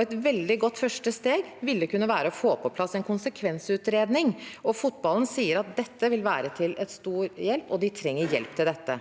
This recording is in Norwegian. Et veldig godt første steg ville kunne være å få på plass en konsekvensutredning. Fotballen sier at dette vil være til stor hjelp, og at de trenger hjelp til dette.